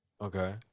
Okay